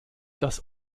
das